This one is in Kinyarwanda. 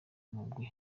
umugwi